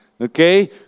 Okay